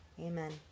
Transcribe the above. Amen